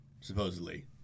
supposedly